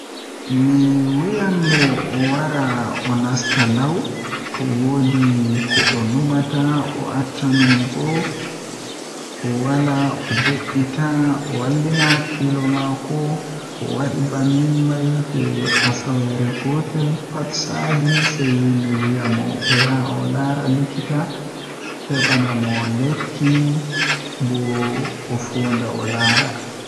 Mi wiyan mo o wara o nasta law to woodi ko o numata o acca numugo o wala o de'ita o wallina hakkilo mako to owadi bannin mai jei asaweerer gotel pat sali sei mi wiya mo o yaha o laara likita hebana mo lekki bo ofonda o laara